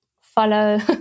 follow